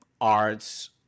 arts